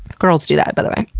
girls do that, by the way.